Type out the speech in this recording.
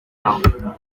marne